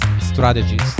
strategies